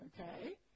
Okay